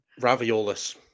Raviolis